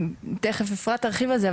תיכף אפרת תרחיב על זה,